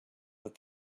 that